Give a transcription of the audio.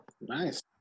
Nice